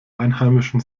einheimischen